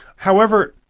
however,